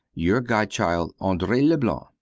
your godchild, andree leblanc.